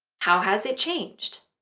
how has it changed?